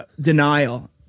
denial